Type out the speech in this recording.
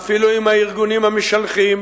אפילו עם הארגונים המשלחים,